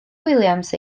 williams